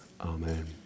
Amen